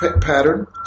pattern